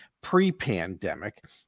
pre-pandemic